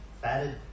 fatted